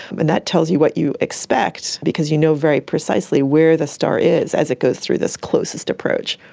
and that tells you what you expect because you know very precisely where the star is as it goes through this closest approach.